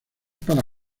para